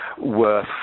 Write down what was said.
worth